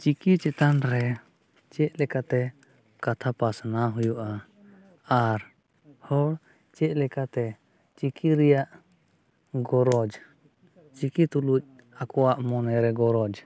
ᱪᱤᱠᱤ ᱪᱮᱛᱟᱱ ᱨᱮ ᱪᱮᱫ ᱞᱮᱠᱟᱛᱮ ᱠᱟᱛᱷᱟ ᱯᱟᱥᱱᱟᱣ ᱦᱩᱭᱩᱜᱼᱟ ᱟᱨᱦᱚᱸ ᱪᱮᱫ ᱞᱮᱠᱟᱛᱮ ᱪᱤᱠᱤ ᱨᱮᱭᱟᱜ ᱜᱚᱨᱚᱡᱽ ᱪᱤᱠᱤ ᱛᱩᱞᱩᱡᱽ ᱟᱠᱚᱣᱟᱜ ᱢᱚᱱᱮᱨᱮ ᱜᱚᱨᱚᱡᱽ